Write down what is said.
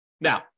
Now